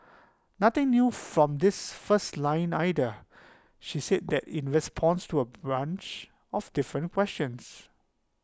nothing new from this first line either she's said that in response to A brunch of different questions